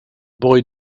boy